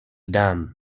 dame